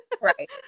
Right